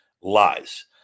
lies